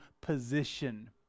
position